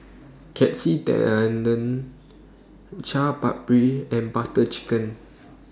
Katsu Tendon Chaat Papri and Butter Chicken